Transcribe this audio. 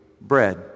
bread